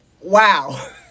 wow